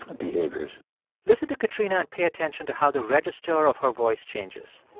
ah behaviors listen to katrina. and pay attention to how the register of her voice changes